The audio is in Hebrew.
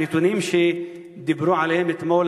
הנתונים שדיברו עליהם אתמול,